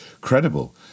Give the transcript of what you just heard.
credible